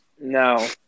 No